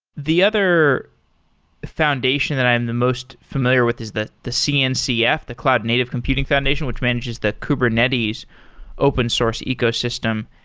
the other foundation that i am the most familiar with is that the cncf, the cloud native computing foundation, which manages the kubernetes open source ecosystem.